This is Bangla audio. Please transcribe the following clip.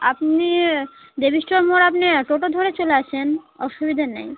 আপনি দেবি স্টোর মোড় আপনি টোটো ধরে চলে আসেন অসুবিধা নেই